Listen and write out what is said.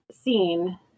seen